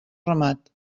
ramat